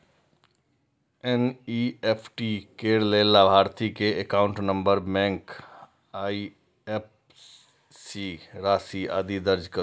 NEFT करै लेल लाभार्थी के एकाउंट नंबर, बैंक, आईएपएससी, राशि, आदि दर्ज करू